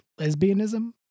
lesbianism